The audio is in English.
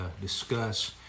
discuss